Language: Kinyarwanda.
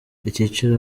icyiciro